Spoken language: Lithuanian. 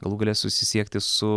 galų gale susisiekti su